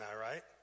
right